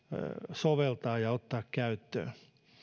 soveltaa ja ottaa käyttöön